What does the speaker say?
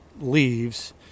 leaves